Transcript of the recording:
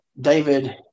David